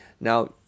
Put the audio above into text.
Now